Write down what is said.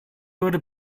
würde